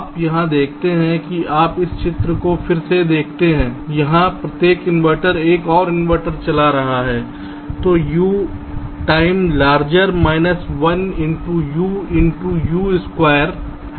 आप यहाँ देखते हैं कि आप इस चित्र को फिर से देखते हैं यहाँ प्रत्येक इन्वर्टर एक और इन्वर्टर चला रहा है जो U time larger 1 into U into U स्क्वायर है